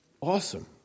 Awesome